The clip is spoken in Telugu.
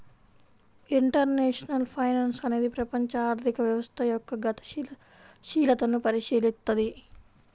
ఇంటర్నేషనల్ ఫైనాన్స్ అనేది ప్రపంచ ఆర్థిక వ్యవస్థ యొక్క గతిశీలతను పరిశీలిత్తది